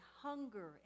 hunger